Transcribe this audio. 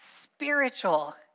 spiritual